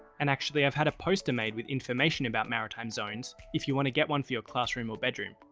and actually i've had a poster made with information about maritime zones if you want to get one for your classroom or bedroom,